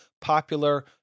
popular